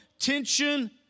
Tension